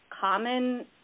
common